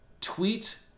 tweet